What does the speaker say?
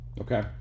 Okay